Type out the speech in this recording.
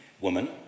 woman